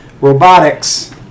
robotics